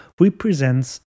represents